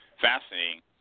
fascinating